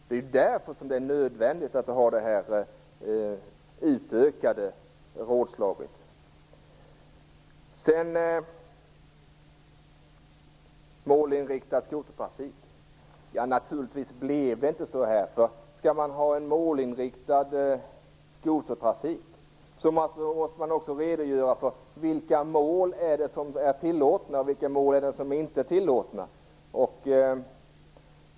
Det är därför som det är nödvändigt att ha det utökade rådslaget. Sedan om målinriktad skotertrafik. Naturligtvis är det inte så som Gudrun Lindvall säger. Skall man ha en målinriktad skotertrafik måste man också redogöra för vilka mål som är tillåtna respektive inte tillåtna.